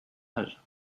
âge